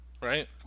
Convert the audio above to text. right